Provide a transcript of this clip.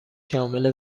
شامل